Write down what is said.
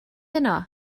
yno